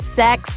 sex